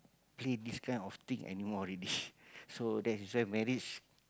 play this kind of thing anymore already so that is why marriage